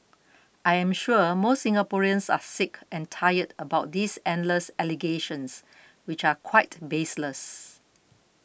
I am sure most Singaporeans are sick and tired about these endless allegations which are quite baseless